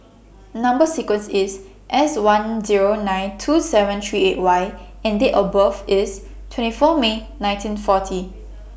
Number sequence IS S one Zero nine two seven three eight Y and Date of birth IS twenty four May nineteen forty